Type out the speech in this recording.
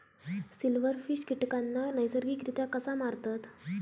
Silverfish कीटकांना नैसर्गिकरित्या कसा मारतत?